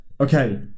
okay